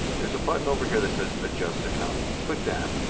there's a button over here that says adjust account. click that.